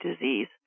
disease